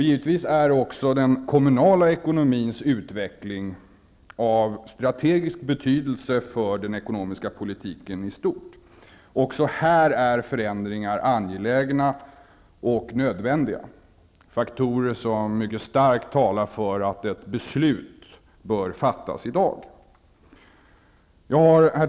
Givetvis är den kommunala ekonomins utveckling av strategisk betydelse för den ekonomiska politiken i stort. Också här är förändringar angelägna och nödvändiga. Faktorer talar mycket starkt för att ett beslut bör fattas i dag. Herr talman!